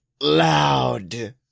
loud